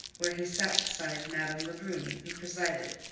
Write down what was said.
where he sat beside madame lebrun, who presided.